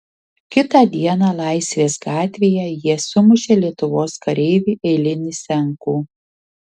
kitą dieną laisvės gatvėje jie sumušė lietuvos kareivį eilinį senkų